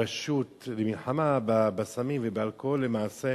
הרשות למלחמה בסמים ובאלכוהול, למעשה